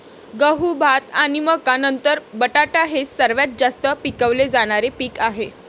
गहू, भात आणि मका नंतर बटाटा हे सर्वात जास्त पिकवले जाणारे पीक आहे